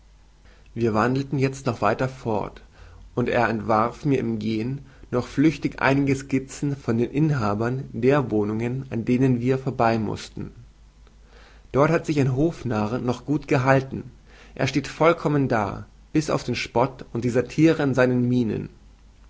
wir wandelten jezt weiter fort und er entwarf mir im gehen noch flüchtig einige skizzen von den inhabern der wohnungen an denen wir vorbei mußten dort hat sich ein hofnarr noch gut gehalten er steht vollkommen da bis auf den spott und die satire in seinen minen